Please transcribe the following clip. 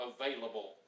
available